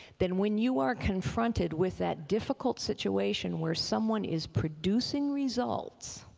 then when you are confronted with that difficult situation where someone is producing results